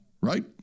right